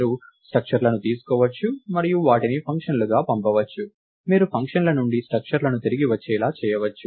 మీరు స్ట్రక్చర్లను తీసుకోవచ్చు మరియు వాటిని ఫంక్షన్లకు పంపవచ్చు మీరు ఫంక్షన్ల నుండి స్ట్రక్చర్లను తిరిగి వచ్చేలా చేయవచ్చు